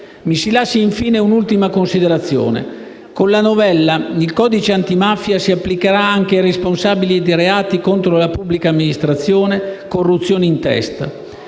Mi si lasci fare, infine, un'ultima considerazione. Con la novella il codice antimafia si applicherà anche ai responsabili di reati contro la pubblica amministrazione, corruzione in testa.